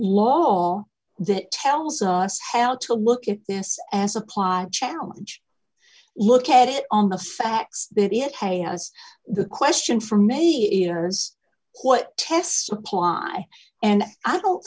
law that tells us how to look at this as apply challenge look at it on the facts that it has the question for many years what tests apply and i don't